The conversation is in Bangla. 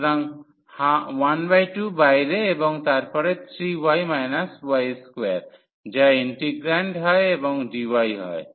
সুতরাং 12 বাইরে এবং তারপরে 3y y2 যা ইন্টিগ্রান্ড এবং dy হয়